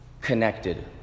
connected